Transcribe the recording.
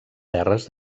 terres